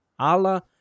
Ala